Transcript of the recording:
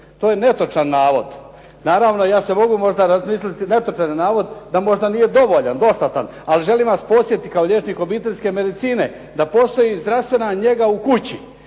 to je netočan navod, naravno ja se mogu možda razmisliti da nije možda dostatan, ali želim vas podsjetiti kao liječnik obiteljske medicina da postoji zdravstvena njega u kući,